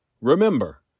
Remember